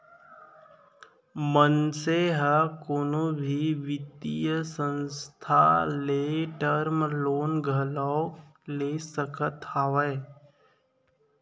मनसे ह कोनो भी बित्तीय संस्था ले टर्म लोन घलोक ले सकत हावय